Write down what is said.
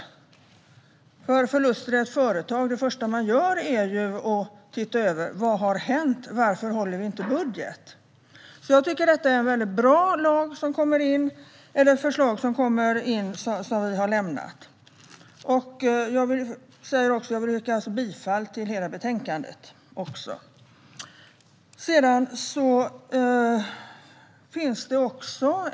När det sker förluster i ett företag är ju det första man gör att se över vad som har hänt och varför budgeten inte har hållits. Jag tycker att det är ett väldigt bra förslag som vi har lämnat och yrkar bifall till det i sin helhet.